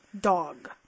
dog